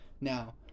now